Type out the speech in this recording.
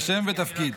שם ותפקיד.